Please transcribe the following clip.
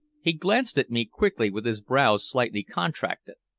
he glanced at me quickly with his brows slightly contracted,